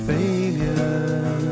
Failure